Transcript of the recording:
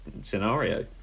scenario